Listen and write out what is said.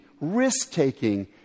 risk-taking